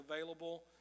available